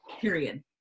period